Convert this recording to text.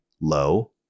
low